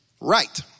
right